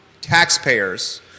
taxpayers